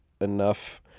enough